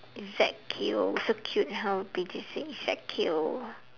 ezekiel so cute how say ezekiel